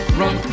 run